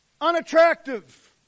Unattractive